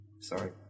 sorry